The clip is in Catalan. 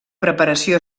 preparació